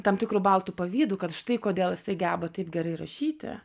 tam tikru baltu pavydu kad štai kodėl jisai geba taip gerai rašyti